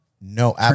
no